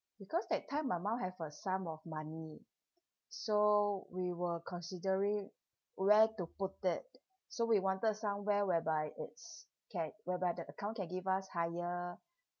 because that time my mum have a sum of money so we were considering where to put it so we wanted somewhere whereby it's can whereby the account can give us higher